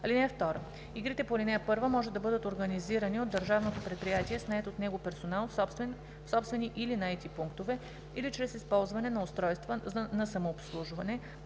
(2) Игрите по ал. 1 може да бъдат организирани от държавното предприятие с нает от него персонал, в собствени или наети пунктове, или чрез използване на устройства на самообслужване,